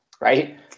right